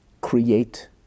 create